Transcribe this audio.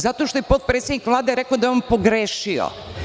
Zato što je potpredsednik Vlade da je on pogrešio.